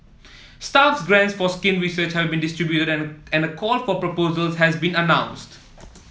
staff grants for skin research have been distributed and call for proposals has been announced